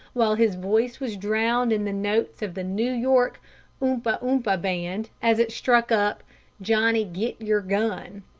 while his voice was drowned in the notes of the new york oompah oompah band as it struck up johnny, git yer gun.